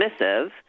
dismissive